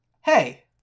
Hey